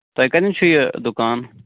تۄہہِ کَتٮ۪نَس چھُو یہِ دُکان